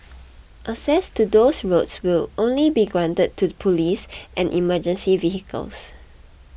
access to those roads will only be granted to police and emergency vehicles